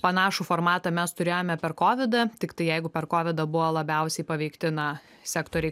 panašų formatą mes turėjome per kovidą tiktai jeigu per kovidą buvo labiausiai paveikti na sektoriai